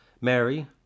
Mary